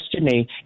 destiny